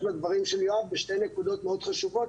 לדברים של יואב בשתי נקודות מאוד חשובות,